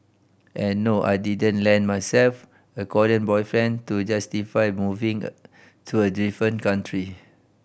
and no I didn't land myself a Korean boyfriend to justify moving to a different country